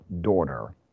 daughter